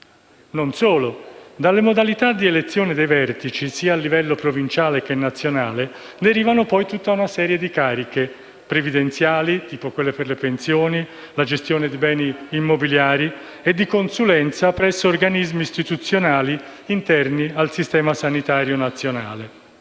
Non solo; dalle modalità di elezione dei vertici sia a livello provinciale che nazionale, derivano tutta una serie di cariche (previdenziali, tipo quelle per le pensioni, o per la gestione dei beni immobiliari) e di consulenza presso organismi istituzionali interni al Sistema sanitario nazionale.